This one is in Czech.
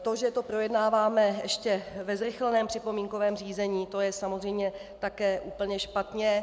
To, že to projednáváme ještě ve zrychleném připomínkovém řízení, to je samozřejmě také úplně špatně.